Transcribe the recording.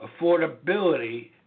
Affordability